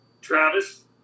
Travis